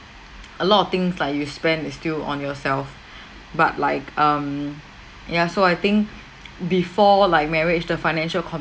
a lot of things like you spend is still on yourself but like um ya so I think before like marriage the financial